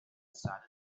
sudden